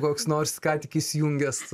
koks nors ką tik įsijungęs